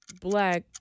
Black